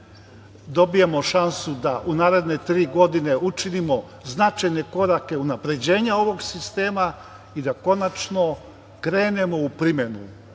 Dobijamo šansu da u naredne tri godine učinimo značajne korake unapređenja ovog sistema i da konačno krenemo u primenu.